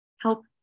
help